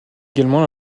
également